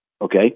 okay